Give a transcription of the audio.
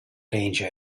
danger